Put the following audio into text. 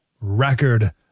record